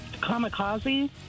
Kamikaze